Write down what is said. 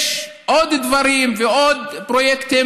יש עוד דברים ועוד פרויקטים